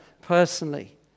personally